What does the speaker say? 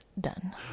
done